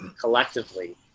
collectively